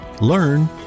learn